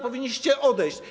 Powinniście odejść.